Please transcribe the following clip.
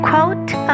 quote